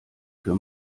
für